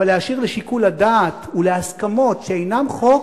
אבל להשאיר לשיקול הדעת ולהסכמות שאינן חוק.